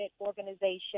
organization